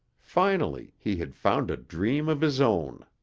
finally, he had found a dream of his own.